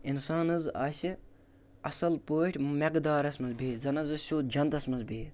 اِنسان حظ آسہِ اَصٕل پٲٹھۍ مٮ۪قدارَس منٛز بِہِتھ زَن حظ ٲسۍ سیوٚد جَنتَس منٛز بِہِتھ